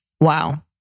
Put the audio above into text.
wow